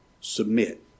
submit